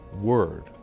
word